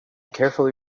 carefully